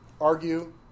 Argue